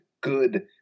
good